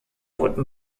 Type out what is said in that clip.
wurden